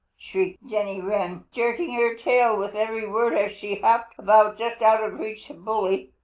shrieked jenny wren, jerking her tail with every word as she hopped about just out of reach of bully.